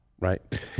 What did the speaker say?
right